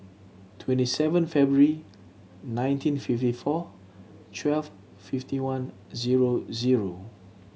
twenty seven February nineteen fifty four twelve fifty one zero zero